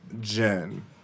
Jen